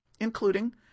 including